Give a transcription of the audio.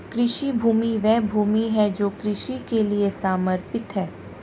कृषि भूमि वह भूमि है जो कृषि के लिए समर्पित है